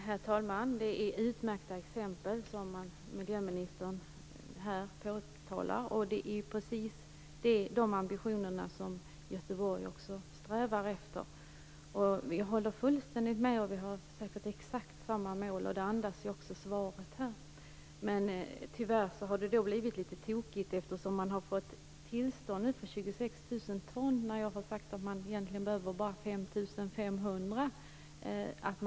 Herr talman! Det är utmärkta exempel som miljöministern här tar upp. Det är precis de ambitioner som Göteborg också har. Jag håller fullständigt med henne, och vi har säkert exakt samma mål. Det andas ju också svaret. Tyvärr har det blivit litet tokigt, eftersom man nu har fått tillstånd för 26 000 ton när man egentligen bara behöver tillstånd för 5 500 ton.